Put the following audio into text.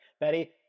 Betty